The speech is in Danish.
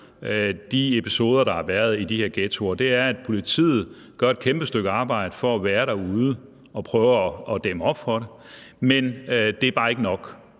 de episoder, der har været i de her ghettoer, er, at politiet gør et kæmpe stykke arbejde for at være derude og prøve at dæmme op for det, men det er bare ikke nok.